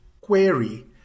query